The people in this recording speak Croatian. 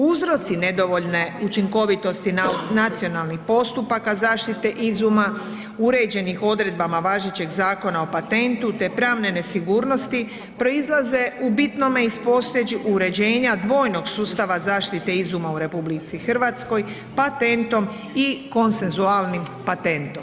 Uzroci nedovoljne učinkovitosti nacionalnih postupaka zaštite izuma uređenih odredbama važećeg Zakona o patentu, te pravne nesigurnosti proizlaze u bitnome iz postojećeg uređenja dvojnog sustava zaštite izuma u RH patentom i konsensualnim patentom.